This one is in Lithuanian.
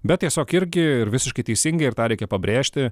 bet tiesiog irgi ir visiškai teisingai ir tą reikia pabrėžti